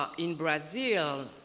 um in brazil,